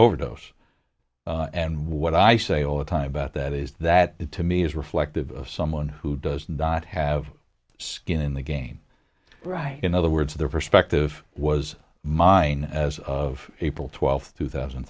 overdose and what i say all the time about that is that to me is reflective of someone who does not have skin in the game right in other words their perspective was mine as of april twelfth two thousand and